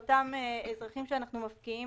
שהם לא יסתכנו.